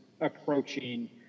approaching